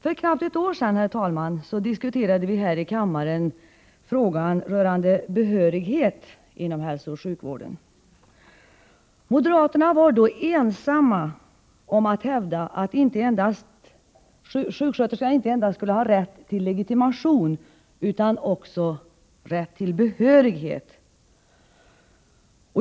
För knappt ett år sedan, herr talman, diskuterade vi här i kammaren frågan om behörighet inom hälsooch sjukvården. Moderaterna var då ensamma om att hävda att sjuksköterskorna inte endast skulle ha rätt till legitimation utan också rätt till behörighet.